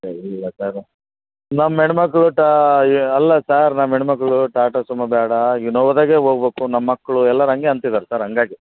ಏ ಇಲ್ಲ ಸರ್ ನಮ್ಮ ಹೆಣ್ ಮಕ್ಕಳು ಟಾ ಯಾ ಅಲ್ಲ ಸರ್ ನಮ್ಮ ಹೆಣ್ ಮಕ್ಕಳು ಟಾಟಾ ಸುಮಾ ಬೇಡ ಇನೋವದಾಗೆ ಹೋಗ್ಬಕು ನಮ್ಮ ಮಕ್ಕಳು ಎಲ್ಲಾರು ಹಂಗೆ ಅಂತಿದಾರೆ ಸರ್ ಹಂಗಾಗಿ